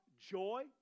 joy